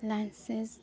licence